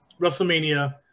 WrestleMania